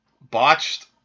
botched